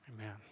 Amen